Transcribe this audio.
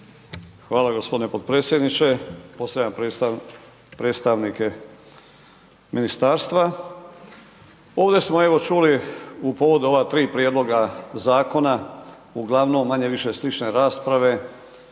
Hvala gospodine potpredsjedniče, pozdravljam predstavnike ministarstva, ovdje smo evo čuli u povodu ova tri prijedloga zakona uglavnom manje-više slične rasprave,